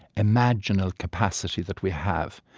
imaginal capacity that we have,